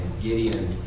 Gideon